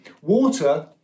water